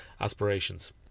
aspirations